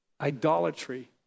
idolatry